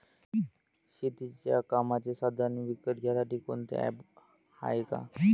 शेतीच्या कामाचे साधनं विकत घ्यासाठी कोनतं ॲप हाये का?